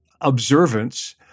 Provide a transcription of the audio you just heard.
observance